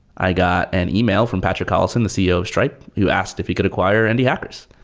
i got an email from patrick colison, the ceo of stripe, who asked if he could acquire indie hackers.